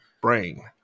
brain